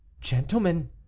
Gentlemen